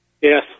Yes